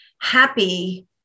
happy